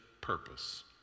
purpose